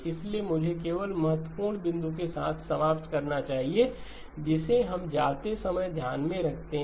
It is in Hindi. इसलिए मुझे केवल महत्वपूर्ण बिंदु के साथ समाप्त करना चाहिए जिसे हम जाते समय ध्यान में रखते हैं